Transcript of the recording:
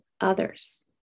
others